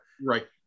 Right